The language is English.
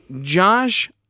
Josh